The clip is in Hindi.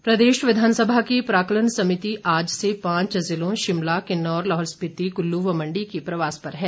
समिति प्रदेश विधानसभा की प्राक्कलन समिति आज से पांच जिलों शिमला किन्नौर लाहौल स्पिति कुल्लू व मंडी के प्रवास पर है